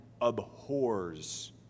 abhors